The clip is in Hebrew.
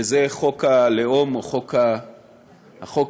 וזה חוק הלאום, החוק